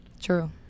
true